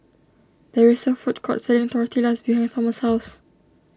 there is a food court selling Tortillas behind Thomas' house